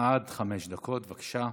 עד חמש דקות, בבקשה.